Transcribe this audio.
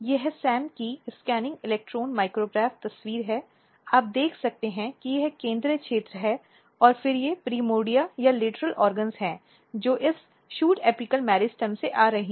यह SAM की scanning electron micrograph तस्वीर है आप देख सकते हैं कि यह केंद्रीय क्षेत्र है और फिर ये प्राइमोर्डिया या लेटरल अंग हैं जो इस शूट एपिकल मेरिस्टिकम से आ रहे हैं